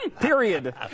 Period